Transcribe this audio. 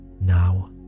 Now